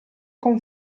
con